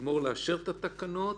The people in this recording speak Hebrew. שנגמור לאשר את התקנות,